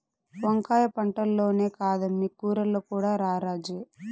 వంకాయ పంటల్లోనే కాదమ్మీ కూరల్లో కూడా రారాజే